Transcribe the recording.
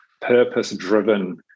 purpose-driven